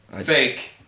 Fake